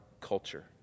culture